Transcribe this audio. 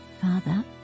Father